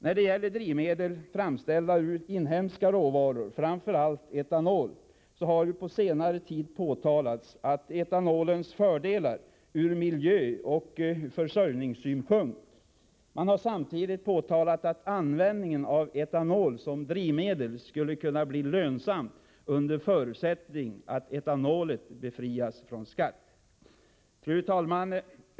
När det gäller drivmedel framställda ur inhemska råvaror, framför allt etanol, har etanolens fördelar ur miljöoch försörjningssynpunkt påpekats på senare tid. Man har samtidigt påpekat att användningen av etanol som drivmedel skulle kunna bli lönsam under förutsättning att etanolen befrias från skatt. Fru talman!